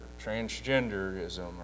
transgenderism